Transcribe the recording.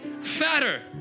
fatter